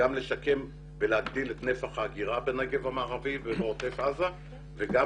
גם לשקם ולהגדיל את נפח האגירה בנגב המערבי ולעוטף עזה וגם